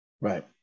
Right